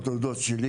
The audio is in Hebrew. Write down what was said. הדודות שלי